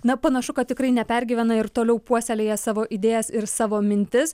na panašu kad tikrai nepergyvena ir toliau puoselėja savo idėjas ir savo mintis